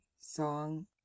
song